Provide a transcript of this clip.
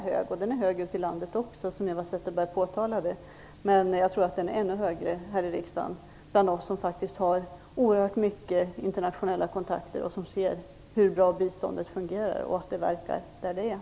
Biståndsviljan är stark ute i landet också - som Eva Zetterberg påpekade - men jag tror att den är ännu starkare här i riksdagen, bland oss som faktiskt har oerhört mycket internationella kontakter och som ser hur bra biståndet fungerar och att det verkar där det finns.